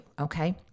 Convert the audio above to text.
Okay